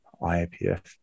iapf